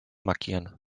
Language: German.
markieren